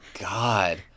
God